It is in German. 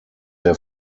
der